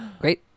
Great